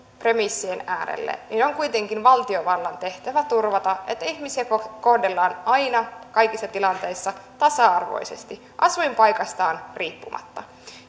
premissien äärelle niin on kuitenkin valtiovallan tehtävä turvata että ihmisiä kohdellaan aina kaikissa tilanteissa tasa arvoisesti asuinpaikastaan riippumatta